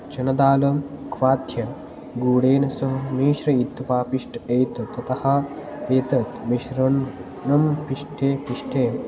चनदाल क्वाथ्य गूडेन सह मिश्रयित्वा पिष्ठम् एतत् ततः एतत् मिश्रणं नं पिष्ठे पिष्ठे